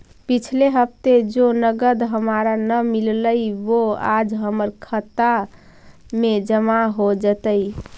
पिछले हफ्ते जो नकद हमारा न मिललइ वो आज हमर खता में जमा हो जतई